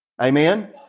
Amen